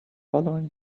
following